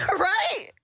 Right